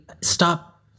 stop